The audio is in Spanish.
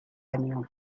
año